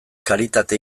karitate